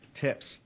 tips